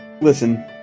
listen